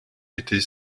était